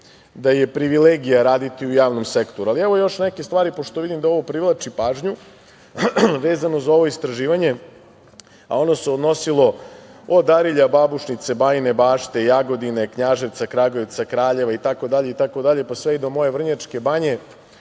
da je privilegija raditi u javnom sektoru. Ali, evo, još neke stvari, pošto vidim da ovo privlači pažnju, vezano za ovo istraživanje, a ono se odnosilo od Arilja, Babušnice, Bajine Bašte, Jagodine, Knjaževca, Kragujevca, Kraljeva itd, pa sve i do moje Vrnjačke Banje,